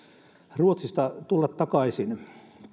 ruotsista tulla takaisin